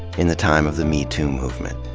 in the time of the metoo movement?